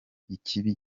ikibi